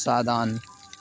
Saadan